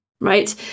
right